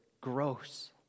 gross